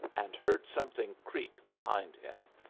and heard something creak behind him,